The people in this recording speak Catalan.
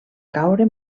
caure